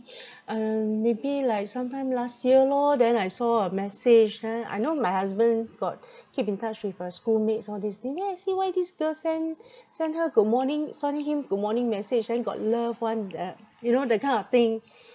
uh maybe like sometime last year lor then I saw a message then I know my husband got keep in touch with uh schoolmates all this thing then I see why this girl send send her good morning send him good morning message then got love [one] the you know the kind of thing